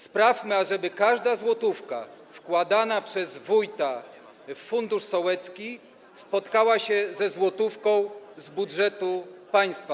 Sprawmy, ażeby każda złotówka wkładana przez wójta w fundusz sołecki spotkała się ze złotówką z budżetu państwa.